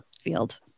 field